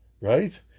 right